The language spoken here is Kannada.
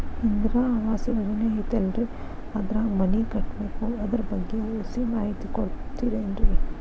ಇಂದಿರಾ ಆವಾಸ ಯೋಜನೆ ಐತೇಲ್ರಿ ಅದ್ರಾಗ ಮನಿ ಕಟ್ಬೇಕು ಅದರ ಬಗ್ಗೆ ಒಸಿ ಮಾಹಿತಿ ಕೊಡ್ತೇರೆನ್ರಿ?